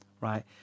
right